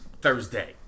Thursday